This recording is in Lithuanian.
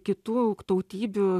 kitų tautybių